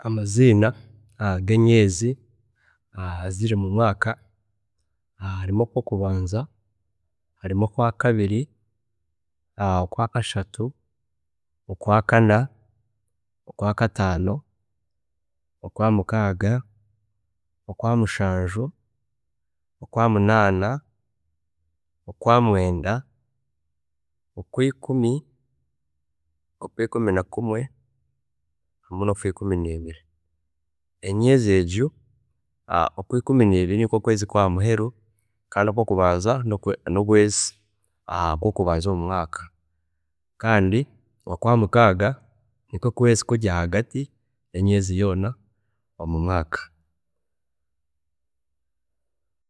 ﻿Amaziina agemyeezi eziri mumwaaka harimu okwokubanza, harimu okwakabiri, okwakashatu, okwakana, okwakataano, okwamukaaga, okwamushaanju, okwamunaana, okwamwenda, okwiikumi, okwiikumi nakumwe, hamwe nokwiikumi nebiri, emyeezi egyo, okwiikumi nebiri nikwe kurashembayo omumwaaka kandi nokwokubanza nokweez okwokubanza omumwaka kandi okwezi kwa mukaaga nikwe okweezi okuri ahagati yemyeezi yoona omumwaaka.